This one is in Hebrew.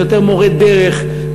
וזה יותר מורי דרך,